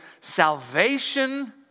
Salvation